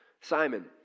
Simon